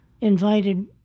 invited